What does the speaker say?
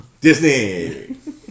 Disney